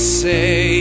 say